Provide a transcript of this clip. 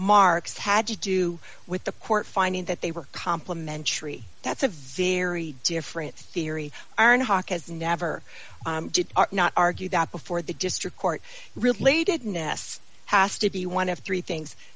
marx had to do with the court finding that they were complementary that's a very different theory are in hock as never did not argue that before the district court related ness has to be one of three things